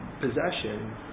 possession